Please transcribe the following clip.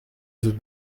sus